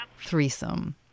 threesome